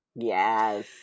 Yes